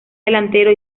delantero